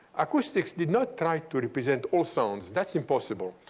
acoustics did not try to represent all sounds. that's impossible.